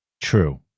True